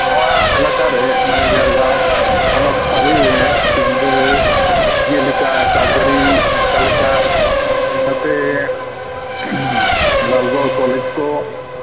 ᱱᱚᱣᱟ ᱮᱞᱟᱠᱟ ᱨᱮ ᱢᱟᱱᱮ ᱡᱷᱟᱲᱜᱨᱟᱢ ᱦᱚᱱᱚᱛ ᱛᱟᱹᱨᱤ ᱨᱮ ᱥᱤᱞᱫᱟᱹ ᱡᱮᱞᱮᱠᱟ ᱠᱟᱯᱜᱟᱹᱲᱤ ᱚᱱᱠᱟ ᱞᱮᱠᱟ ᱱᱚᱛᱮ ᱜᱳᱣᱟᱞᱛᱳᱲ ᱠᱚᱞᱮᱡᱽ ᱠᱚ